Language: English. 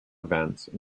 events